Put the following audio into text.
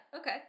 okay